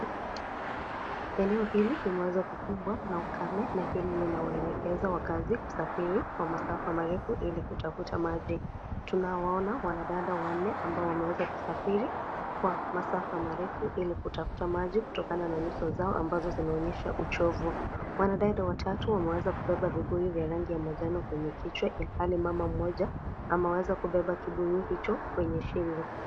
Eneo hili limeweza kukumbwa na ukame na hili linawaelekeza wakazi kusafiri kwa masafa marefu ili kutafuta maji. Tunawaona wanadada wanne ambao wameweza kusafiri kwa masafa marefu ili kutafuta maji kutokana na nyuso zao ambazo zinaonyesha uchovu. Wanadada watatu wameweza kubeba vibuyu vya rangi ya manjano kwenye kichwa ilhali mama mmoja ameweza kubeba kibuyu hicho kwenye shingo.